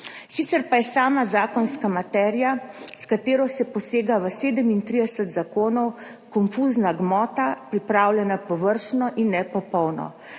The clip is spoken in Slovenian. Sicer pa je sama zakonska materija, s katero se posega v 37 zakonov, konfuzna gmota, pripravljena površno in nepopolno.